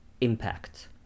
impact